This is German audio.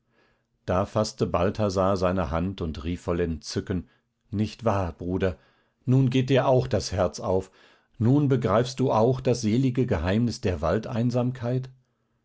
da faßte balthasar seine hand und rief voll entzücken nicht wahr bruder nun geht dir auch das herz auf nun begreifst du auch das selige geheimnis der